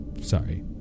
Sorry